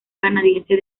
canadiense